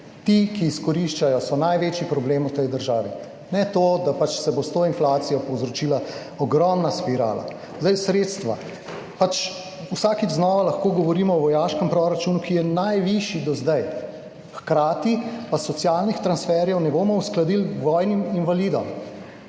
Ti, ki izkoriščajo, so največji problem v tej državi, ne to, da se bo s to inflacijo povzročila ogromna spirala. Sredstva. Vsakič znova lahko govorimo o vojaškem proračunu, ki je najvišji do zdaj, hkrati pa socialnih transferjev ne bomo uskladili vojnim invalidom.